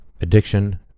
addiction